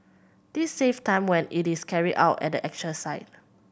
this save time when it is carried out at the actual site